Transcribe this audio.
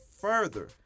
further